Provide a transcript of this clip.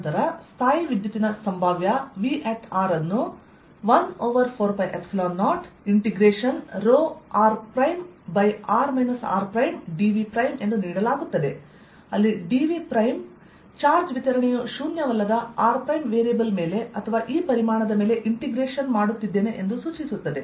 ನಂತರ ಸ್ಥಾಯೀವಿದ್ಯುತ್ತಿನ ಸಂಭಾವ್ಯ V ಅನ್ನು1 over 4π0 integration ρr r r dV ಎಂದು ನೀಡಲಾಗುತ್ತದೆ ಅಲ್ಲಿdVವು ಚಾರ್ಜ್ ವಿತರಣೆಯು ಶೂನ್ಯವಲ್ಲದ rವೇರಿಯೇಬಲ್ ಮೇಲೆ ಅಥವಾ ಈ ಪರಿಮಾಣದ ಮೇಲೆಇಂಟೆಗ್ರೇಶನ್ ಮಾಡುತ್ತಿದ್ದೇನೆ ಎಂದು ಸೂಚಿಸುತ್ತದೆ